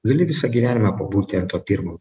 gali visą gyvenimą pabūti ant to pirmo